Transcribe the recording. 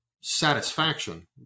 satisfaction